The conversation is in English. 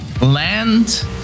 land